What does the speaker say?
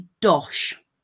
Dosh